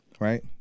Right